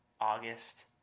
August